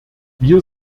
wir